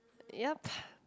yup